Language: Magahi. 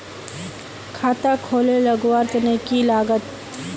खाता खोले लगवार तने की लागत?